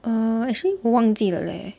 uh actually 我忘记了 leh